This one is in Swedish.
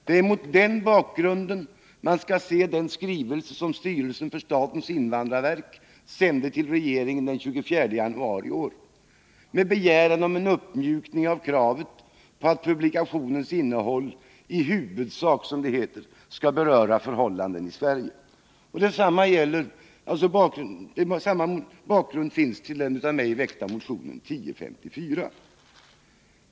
Det är mot den bakgrunden man skall se den skrivelse som styrelsen för statens invandrarverk sände till regeringen den 24 januari i år med begäran om en uppmjukning av kravet på att publikationens innehåll i huvudsak, som det heter, skall beröra förhållanden i Sverige. Samma bakgrund finns till den av mig väckta motionen 1054.